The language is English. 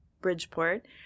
Bridgeport